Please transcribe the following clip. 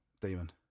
Demon